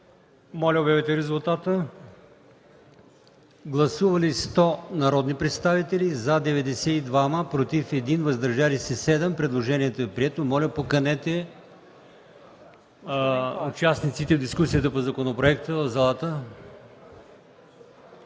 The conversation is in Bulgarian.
Моля, режим на гласуване. Гласували 100 народни представители: за 92, против 1, въздържали се 7. Предложението е прието. Моля, поканете участника в дискусията по законопроекта.